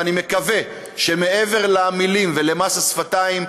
ואני מקווה שמעבר למילים ולמס השפתיים,